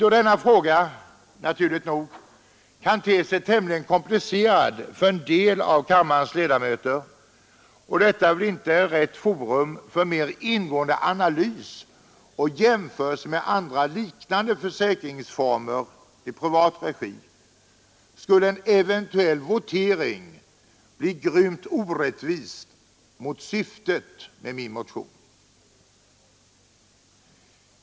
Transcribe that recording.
Då denna fråga naturligt nog kan te sig tämligen komplicerad för en del av kammarens ledamöter och detta väl inte är rätt forum för en mer ingående analys eller för jämförelser med liknande försäkringsformer i privat regi skulle en eventuell votering bli grymt orättvis mot syftet med min motion.